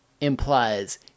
implies